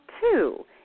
two